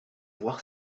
voir